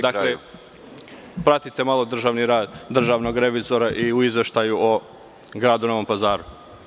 Dakle, pratite malo državni rad državnog revizora i u izveštaju o gradu Novom Pazaru.